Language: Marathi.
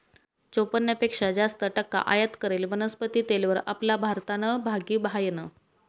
चोपन्न पेक्शा जास्त टक्का आयात करेल वनस्पती तेलवर आपला भारतनं भागी हायनं